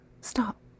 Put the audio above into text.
stop